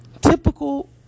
Typical